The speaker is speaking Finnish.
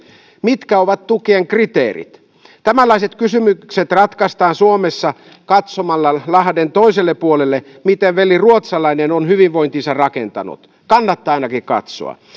mitkä ovat tukien kriteerit tällaiset kysymykset ratkaistaan suomessa katsomalla lahden toiselle puolelle miten veli ruotsalainen on hyvinvointinsa rakentanut kannattaa ainakin katsoa